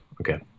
Okay